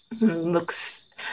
looks